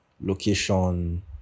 location